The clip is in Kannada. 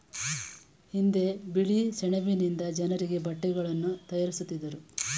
ಹಿಂದೆ ಬಿಳಿ ಸೆಣಬಿನಿಂದ ಜನರಿಗೆ ಬಟ್ಟೆಗಳನ್ನು ತಯಾರಿಸುತ್ತಿದ್ದರು